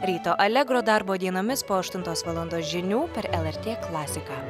ryto allegro darbo dienomis po aštuntos valandos žinių per lrt klasiką